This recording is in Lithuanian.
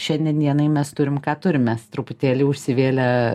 šiandien dienai mes turim ką turim mes truputėlį užsivėlę